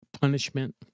punishment